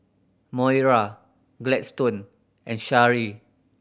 Moira Gladstone and Shari